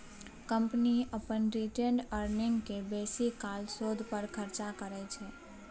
company अपन retained earning केँ बेसीकाल शोध पर खरचा करय छै